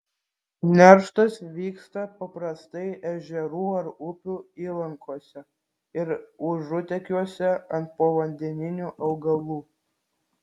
nerštas vyksta paprastai ežerų ar upių įlankose ir užutekiuose ant povandeninių augalų